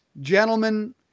gentlemen